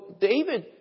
David